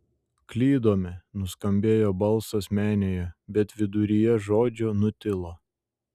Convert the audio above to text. klydome nuskambėjo balsas menėje bet viduryje žodžio nutilo